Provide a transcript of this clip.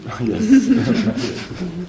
Yes